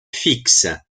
fixe